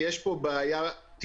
אולי בעת העלייה?